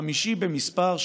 / חמישי במספר,